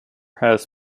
has